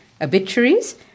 obituaries